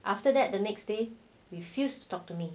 after that the next day refused to talk to me